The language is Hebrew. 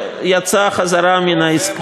ויצא מן העסקה.